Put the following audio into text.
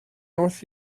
north